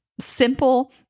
simple